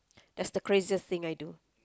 that's the craziest thing I do